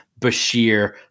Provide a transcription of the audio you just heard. Bashir